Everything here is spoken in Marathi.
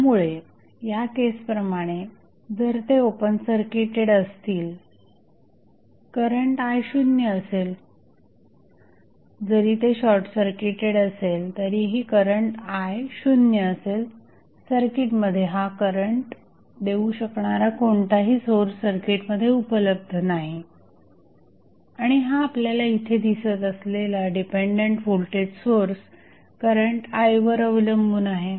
त्यामुळे या केसप्रमाणे जर ते ओपन सर्किटेड असतील करंट i शून्य असेल जरी ते शॉर्टसर्किटेड असेल तरीही करंट i शून्य असेल सर्किटमध्ये हा करंट देऊ शकणारा कोणताही सोर्स सर्किटमध्ये उपलब्ध नाही आणि हा आपल्याला इथे दिसत असलेला dependent voltage source current i वर अवलंबून आहे